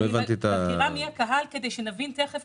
אני מבהירה מי הקהל כדי שנבין תיכף,